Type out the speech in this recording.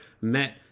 met